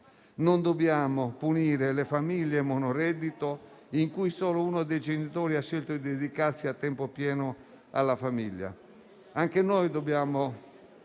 Non dobbiamo punire le famiglie monoreddito, in cui uno dei genitori ha scelto di dedicarsi a tempo pieno alla famiglia. Anche noi siamo